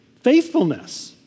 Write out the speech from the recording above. faithfulness